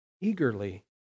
Eagerly